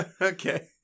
okay